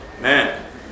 man